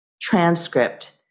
transcript